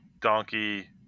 donkey